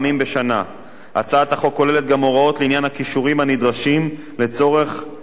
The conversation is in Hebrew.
הצעת החוק כוללת גם הוראות לעניין הכישורים הנדרשים לצורך מינוי למועצה,